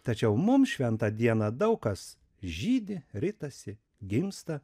tačiau mums šventą dieną daug kas žydi ritasi gimsta